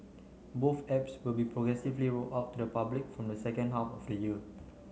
both apps will be progressively rolled out to the public from the second half of the year